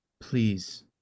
Please